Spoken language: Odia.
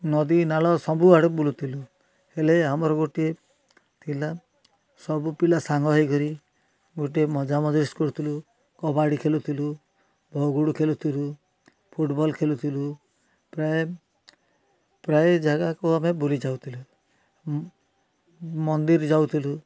ନଦୀନାଳ ସବୁ ଆଡ଼େ ବୁଲୁଥିଲୁ ହେଲେ ଆମର ଗୋଟିଏ ଥିଲା ସବୁ ପିଲା ସାଙ୍ଗ ହୋଇକରି ଗୋଟେ ମଜାମଜିସ୍ କରୁଥିଲୁ କବାଡ଼ି ଖେଲୁଥିଲୁ ବଗୁଡ଼ୁ ଖେଲୁଥିଲୁ ଫୁଟବଲ୍ ଖେଲୁଥିଲୁ ପ୍ରାୟ ପ୍ରାୟ ଜାଗାକୁ ଆମେ ବୁଲି ଯାଉଥିଲେ ମନ୍ଦିର ଯାଉଥିଲୁ